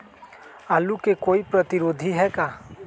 आलू के कोई प्रतिरोधी है का?